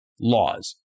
laws